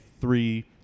three